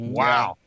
wow